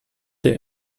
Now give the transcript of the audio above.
der